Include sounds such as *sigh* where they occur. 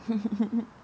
*laughs*